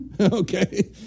Okay